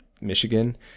Michigan